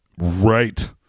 right